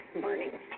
Morning